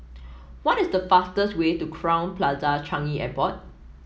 what is the fastest way to Crowne Plaza Changi Airport